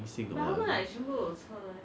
at the end of the day you need to find a way to